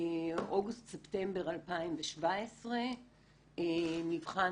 באוגוסט-ספטמבר 2017 מבחן